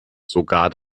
sogar